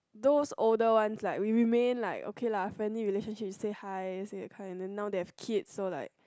those older one like we remain like okay lah friendly relationship we say hi say that kind and then now they have kids so like